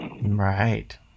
Right